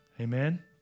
Amen